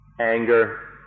anger